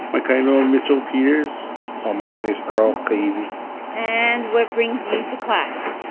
like kind of um mitchell piers ah my name is earl ki'iwi and what brings you to class?